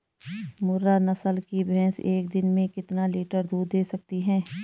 मुर्रा नस्ल की भैंस एक दिन में कितना लीटर दूध दें सकती है?